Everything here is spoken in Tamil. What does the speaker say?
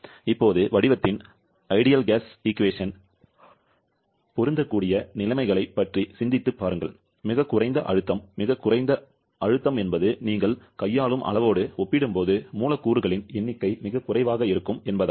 இப்போது வடிவத்தின் சிறந்த வாயு சமன்பாடு பொருந்தக்கூடிய நிலைமைகளைப் பற்றி சிந்தித்துப் பாருங்கள் மிகக் குறைந்த அழுத்தம் மிகக் குறைந்த அழுத்தம் என்பது நீங்கள் கையாளும் அளவோடு ஒப்பிடும்போது மூலக்கூறுகளின் எண்ணிக்கை மிகக் குறைவாக இருக்கும் என்பதாகும்